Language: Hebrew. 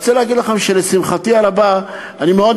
אני רוצה להגיד לכם שלשמחתי הרבה,